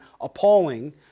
appalling